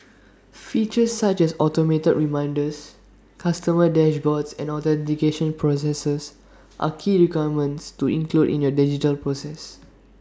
features such as automated reminders customer dashboards and authentication processes are key requirements to include in your digital process